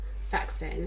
saxon